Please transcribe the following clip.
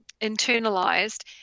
internalized